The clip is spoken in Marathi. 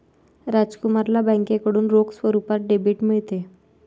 राजकुमारला बँकेकडून रोख स्वरूपात डेबिट मिळते